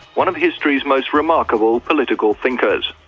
one of history's most remarkable political thinkers.